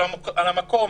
על המקום,